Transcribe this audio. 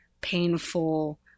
painful